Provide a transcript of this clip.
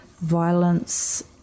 violence